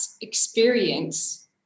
experience